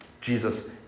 Jesus